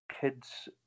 kids